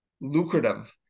lucrative